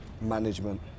management